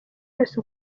wese